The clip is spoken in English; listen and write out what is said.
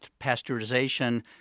pasteurization